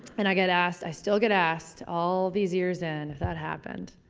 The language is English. and i get asked, i still get asked all these years in if that happened.